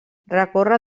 recorre